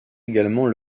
également